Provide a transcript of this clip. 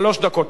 שלוש דקות.